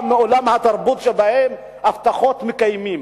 בא מעולם התרבות שבו הבטחות מקיימים.